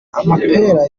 amapera